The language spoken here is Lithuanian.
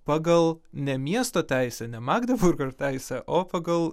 pagal ne miesto teisę ne magdeburgo teisę o pagal